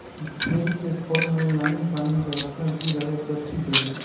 भेड़ के फार्म में लाइन पानी के व्यवस्था भी रहे त ठीक रही